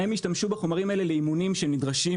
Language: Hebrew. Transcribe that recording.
הם השתמשו בחומרים האלה לאימונים שנדרשים